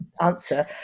answer